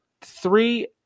three